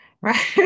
right